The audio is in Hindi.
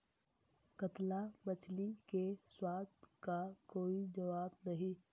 कतला मछली के स्वाद का कोई जवाब नहीं